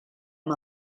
amb